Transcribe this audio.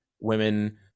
women